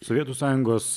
sovietų sąjungos